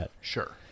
Sure